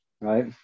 right